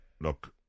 look